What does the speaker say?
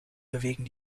bewegen